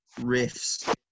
riffs